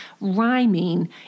rhyming